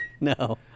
No